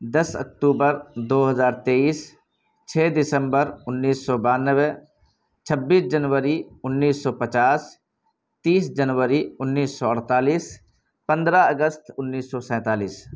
دس اکتوبر دو ہزار تیئیس چھ دسمبر انیس سو بانوے چھبیس جنوری انیس سو پچاس تیس جنوری انیس سو اڑتالیس پندرہ اگست انیس سو سینتالیس